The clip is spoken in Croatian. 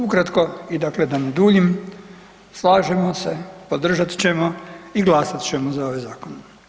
Ukratko i dakle da ne duljim, slažemo se, podržat ćemo i glasat ćemo za ovaj zakon.